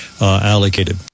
allocated